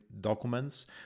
documents